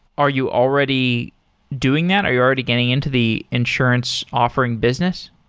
are you already doing that? are you already getting into the insurance offering business?